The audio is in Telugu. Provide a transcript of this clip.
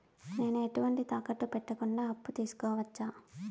నేను ఎటువంటి తాకట్టు పెట్టకుండా అప్పు తీసుకోవచ్చా?